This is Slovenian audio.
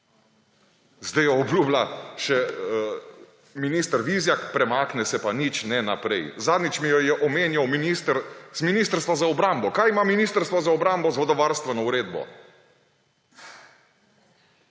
sedaj jo obljublja še minister Vizjak, premakne se pa nič ne naprej. Zadnjič mi jo je omenjal z Ministrstva za obrambo. Kaj ima Ministrstvo za obrambo z vodovarstveno uredbo?